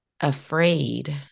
afraid